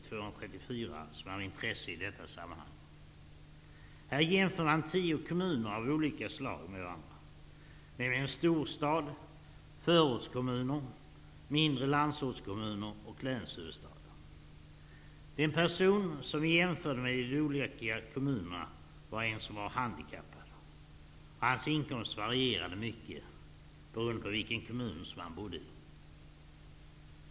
Man jämförde tio olika slag av kommuner med varandra, nämligen en storstad, förortskommu ner, mindre landsortskommuner och länshuvuds tad. Den person som användes vid en jämförelse mellan de olika kommunerna var en handikappad med en inkomst som varierade mycket beroende på vilken kommun han bodde i.